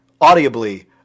audibly